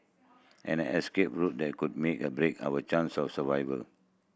and an escape route that could make or break our chance of survival